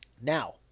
Now